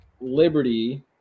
Liberty